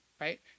right